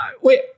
wait